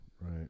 Right